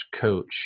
coach